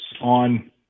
on